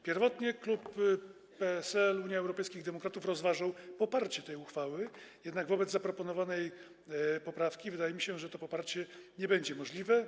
Pierwotnie klub Polskiego Stronnictwa Ludowego - Unii Europejskich Demokratów rozważał poparcie tej uchwały, jednak wobec zaproponowanej poprawki wydaje mi się, że to poparcie nie będzie możliwe.